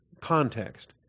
context